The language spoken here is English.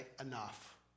enough